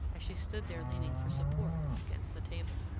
as she stood there leaning for support against the table.